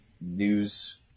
news